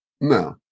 no